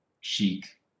chic